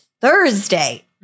Thursday